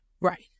right